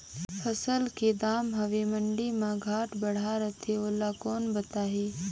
फसल के दम हवे मंडी मा घाट बढ़ा रथे ओला कोन बताही?